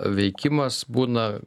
veikimas būna